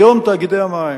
היום תאגידי המים,